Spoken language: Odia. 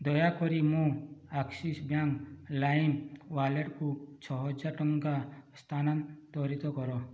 ଦୟାକରି ମୋ ଆକ୍ସିସ୍ ବ୍ୟାଙ୍କ୍ ଲାଇମ୍ ୱାଲେଟକୁ ଛଅହଜାର ଟଙ୍କା ସ୍ଥାନାନ୍ତରିତ କର